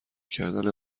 کردن